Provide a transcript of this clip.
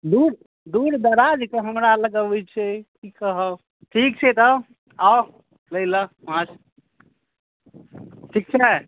दूर दूर दराज के हमरा लग अबै छै कि कहब ठीक छै तऽ आउ लए लै माछ ठीक छै